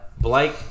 Blake